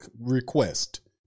request